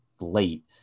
late